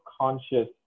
conscious